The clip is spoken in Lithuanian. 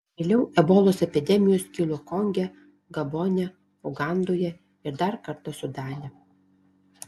vėliau ebolos epidemijos kilo konge gabone ugandoje ir dar kartą sudane